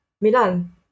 Milan